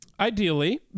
Ideally